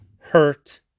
Hurt